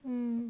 en